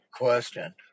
question